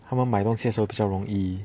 他们买东西的时候比较容易